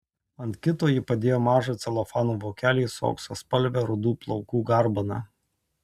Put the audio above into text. ant kito ji padėjo mažą celofano vokelį su auksaspalve rudų plaukų garbana